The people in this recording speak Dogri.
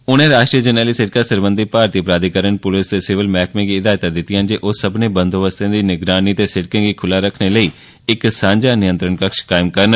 उनें राष्ट्री जरनैली सिड़कें सरबंघी भारती प्राधिकरण पुलस ते सिविल मैह्कमें गी निर्देश दित्ते जे ओह् सब्मनें बंदोबस्तें दी निगरानी ते सिड़कै गी खुल्ला रक्खने लेई इक सांझा नियंत्रण कक्ष कायम करन